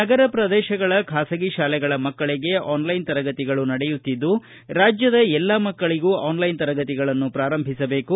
ನಗರ ಪ್ರದೇಶಗಳ ಖಾಸಗಿ ಶಾಲೆಗಳ ಮಕ್ಕಳಿಗೆ ಆನ್ಲೈನ್ ತರಗತಿಗಳು ನಡೆಯುತ್ತಿದ್ದು ರಾಜ್ಯದ ಎಲ್ಲಾ ಮಕ್ಕಳಗೂ ಆನ್ಲೈನ್ ತರಗತಿಗಳನ್ನು ಪ್ರಾರಂಭಿಸಬೇಕು